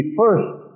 first